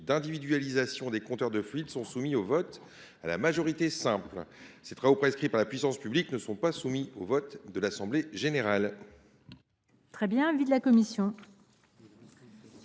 d’individualisation des compteurs de fluides seraient soumis au vote à la majorité simple ; les travaux prescrits par la puissance publique, pour leur part, ne seraient pas soumis au vote de l’assemblée générale.